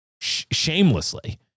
shamelessly